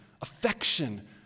affection